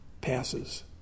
passes